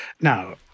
Now